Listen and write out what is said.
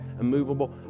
immovable